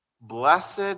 Blessed